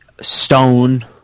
stone